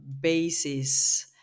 basis